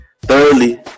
Thirdly